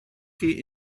chi